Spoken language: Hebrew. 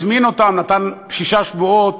הזמין אותם, נתן שישה שבועות,